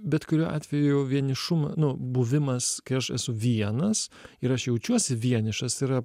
bet kuriuo atveju vienišum nu buvimas kai aš esu vienas ir aš jaučiuosi vienišas yra